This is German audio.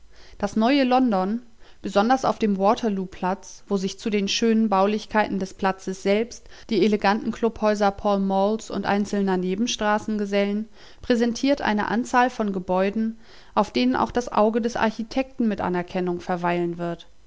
das neue london besonders auf dem waterloo platz wo sich zu den schönen baulichkeiten des platzes selbst die eleganten clubhäuser pall malls und einzelner nachbarstraßen gesellen präsentiert eine anzahl von gebäuden auf denen auch das auge des architekten mit anerkennung verweilen wird